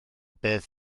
beth